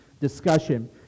discussion